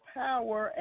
power